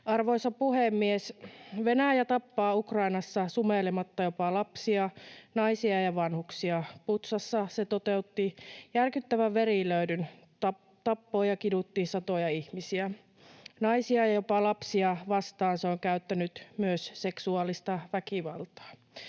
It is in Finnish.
Arvoisa puhemies! Venäjä tappaa Ukrainassa sumeilematta jopa lapsia, naisia ja vanhuksia. Butšassa se toteutti järkyttävän verilöylyn, tappoi ja kidutti satoja ihmisiä. Naisia ja jopa lapsia vastaan se on käyttänyt myös seksuaalista väkivaltaa.